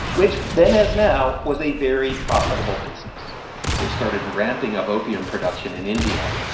which then, as now, was a very profitable business they started ramping up opium production in india,